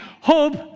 Hope